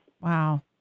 Wow